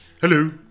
Hello